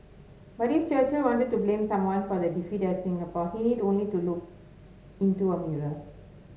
but if Churchill wanted to blame someone for the defeat at Singapore he need only to look into a mirror